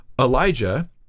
Elijah